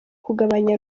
kugabanya